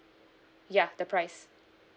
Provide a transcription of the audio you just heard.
ya the price